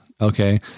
Okay